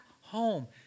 home